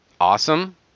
Awesome